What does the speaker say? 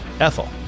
Ethel